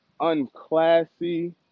unclassy